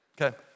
Okay